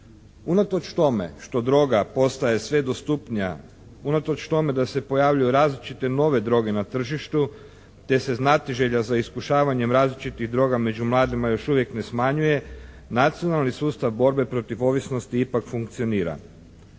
Unatoč tome što droga postaje sve dostupnija, unatoč tome da se pojavljuju različite nove droge na tržištu, te se znatiželja za iskušavanje različitih droga među mladima još uvijek ne smanjuje Nacionalni sustav borbe protiv ovisnosti ipak funkcionira.